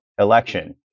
election